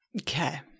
Okay